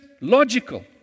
logical